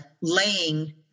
laying